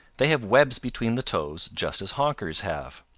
they have webs between the toes just as honker's have.